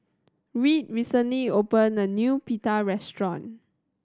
Reed recently opened a new Pita restaurant